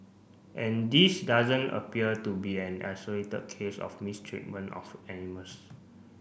and this doesn't appear to be an isolated case of mistreatment of animals